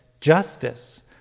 justice